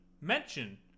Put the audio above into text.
mention